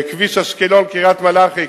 כביש אשקלון קריית-מלאכי,